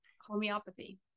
homeopathy